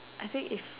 I say its